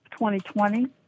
2020